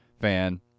fan